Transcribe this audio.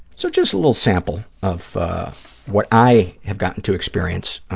so, just a little sample of what i have gotten to experience